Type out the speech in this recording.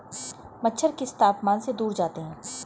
मच्छर किस तापमान से दूर जाते हैं?